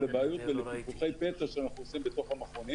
לבעיות ולפיקוחי פתע שאנחנו עושים במכונים